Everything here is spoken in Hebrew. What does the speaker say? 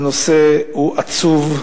הנושא הוא עצוב,